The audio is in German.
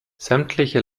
sämtliche